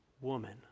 woman